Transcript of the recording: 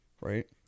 right